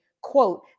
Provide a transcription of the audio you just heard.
quote